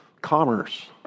commerce